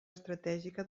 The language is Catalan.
estratègica